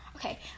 Okay